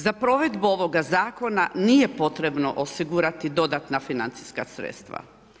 Za provedbu ovoga zakona nije potrebno osigurati dodatna financijska sredstva.